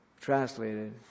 translated